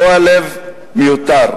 רוע לב מיותר.